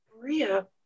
maria